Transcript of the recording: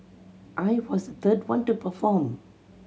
I was third one to perform